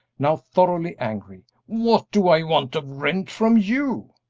now thoroughly angry what do i want of rent from you?